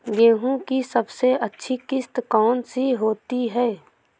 गेहूँ की सबसे अच्छी किश्त कौन सी होती है?